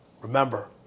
remember